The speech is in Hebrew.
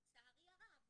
לצערי הרב,